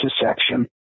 intersection